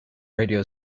radio